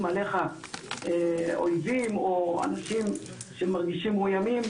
עליך אוייבים או אנשים שמרגישים מאויימים,